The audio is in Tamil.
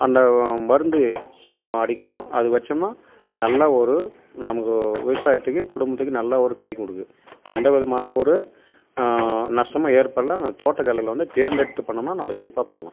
அந்த மருந்து அடிக்கணும் அது வச்சோம்னா நல்லா ஒரு நமக்கு விவசாயத்துக்கு குடும்பத்துக்கு நல்ல ஒரு கை கொடுக்குது எந்த விதமான ஒரு நஷ்டமும் ஏற்படல தோட்டக்கலையில் வந்து தேர்ந்தெடுத்து பண்ணுனோம்னா நம்ம சிறப்பாக பண்ணலாம்